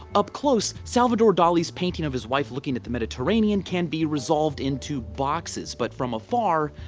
up close salvador dali's painting of his wife looking at the mediterranean can be resolved into boxes. but from a far,